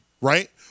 Right